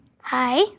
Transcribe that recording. Hi